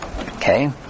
Okay